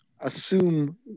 assume